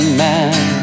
man